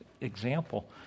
example